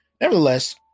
Nevertheless